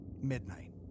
midnight